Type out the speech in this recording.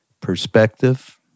perspective